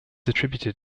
attributed